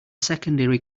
secondary